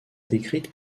décrite